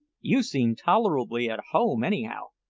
you seem tolerably at home, anyhow.